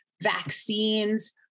vaccines